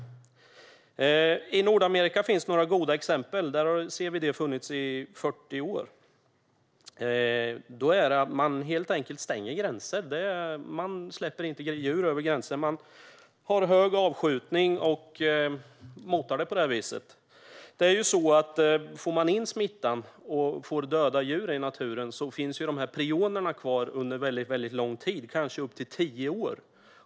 I Nordamerika finns det några goda exempel. Där har CWD funnits i 40 år. Där stänger man helt enkelt gränser, och man släpper inte djur över gränser. Man har hög avskjutning och motar sjukdomen på det sättet. Får man in smittan och får döda djur i naturen finns prionerna kvar under mycket lång tid - kanske upp till tio år.